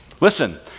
Listen